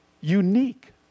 unique